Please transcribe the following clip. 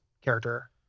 Character